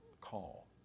call